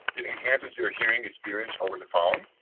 it enhances your hearing experience over the phone.